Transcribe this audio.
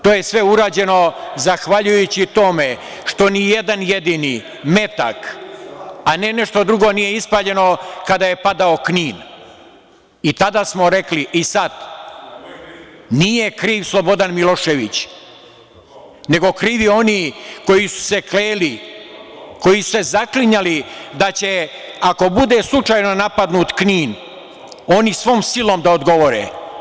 To je sve urađeno zahvaljujući tome što ni jedan jedini metak, a ne nešto drugo nije ispaljeno kada je padao Knin i tada smo rekli i sada da nije kriv Slobodan Milošević, nego su krivi oni koji su kleli, koji su se zaklinjali da će ako bude slučajno napadnut Knin oni svom silom da odgovore.